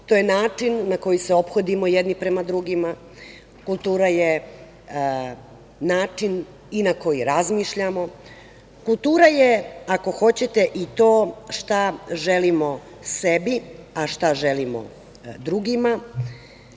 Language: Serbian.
to je način na koji se ophodimo jedni prema drugima, kultura je način i na koji razmišljamo, kultura je, ako hoćete i to šta želimo sebi, a šta želimo drugima,